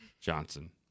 Johnson